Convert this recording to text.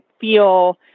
feel